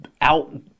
out